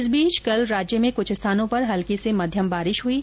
इस बीच कल राज्य में कुछ स्थानों पर हल्की से मध्यम बारिश हुई है